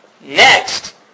Next